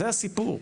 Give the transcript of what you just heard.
זה הסיפור.